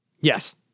Yes